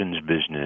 business